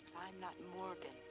i'm not morgan.